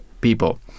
people